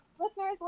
listeners